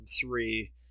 three